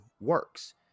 works